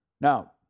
Now